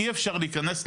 אי אפשר להיכנס.